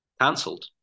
cancelled